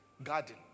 garden